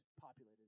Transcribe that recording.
populated